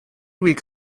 week